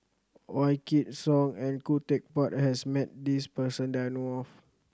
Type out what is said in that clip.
Wykidd Song and Khoo Teck Puat has met this person that I know of